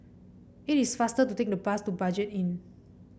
it is faster to take the bus to Budget Inn